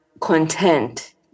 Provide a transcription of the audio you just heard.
content